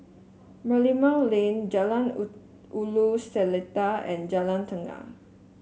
Merlimau Lane Jalan Woo Ulu Seletar and Jalan Tukang